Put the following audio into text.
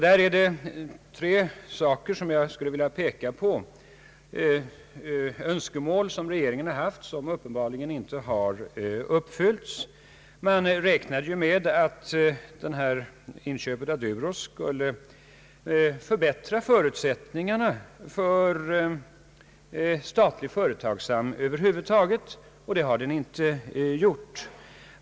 Det är tre saker som jag därvid skulle vilja peka på, önskemål som regeringen har haft och som uppenbarligen inte har uppfyllts. Man räknade med att inköpet av Durox skulle förbättra förutsättningarna för statlig företagsamhet över huvud taget. Det har det inte gjort.